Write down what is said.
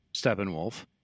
Steppenwolf